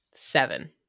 Seven